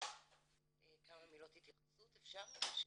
כמה מילות התייחסות, אפשר?